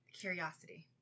curiosity